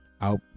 out